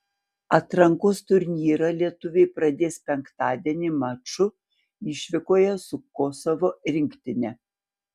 atrankos turnyrą lietuviai pradės penktadienį maču išvykoje su kosovo rinktine